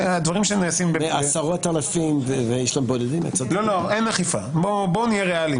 עשרות אלפים --- לא, בואו נהיה ריאליים